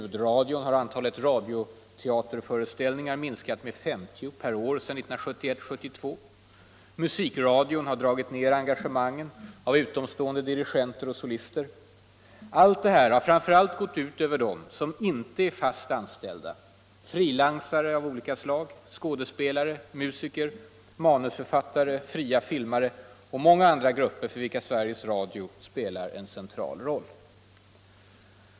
På t.ex. ljudradion har antalet radioteaterföreställningar minskat med 50 per år sedan 1971/72. Musikradion har dragit ner engagemangen av utomstående dirigenter och solister. Allt det här har framför allt gått ut över dem som inte är fast anställda: frilansar av olika slag, skådespelare, musiker, manusförfattare, fria filmare och många andra grupper, för vilka Sveriges Radio spelar en central roll.